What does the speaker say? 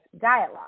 dialogue